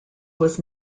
was